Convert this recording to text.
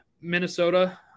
Minnesota